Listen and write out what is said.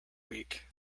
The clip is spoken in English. week